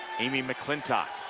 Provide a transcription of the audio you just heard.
amy mcclintock